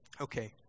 Okay